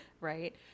right